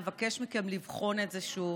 לבקש מכם לבחון את זה שוב?